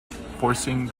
forcing